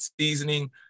seasoning